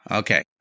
okay